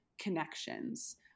connections